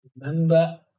Remember